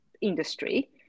industry